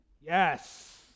Yes